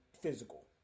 physical